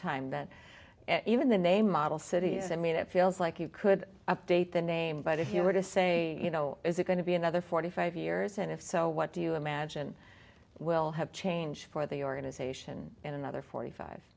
time that even the name model cities i mean it feels like you could update the name by the humor to say you know is it going to be another forty five years and if so what do you imagine we'll have change for the organization in another forty five